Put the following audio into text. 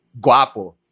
guapo